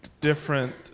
different